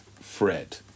Fred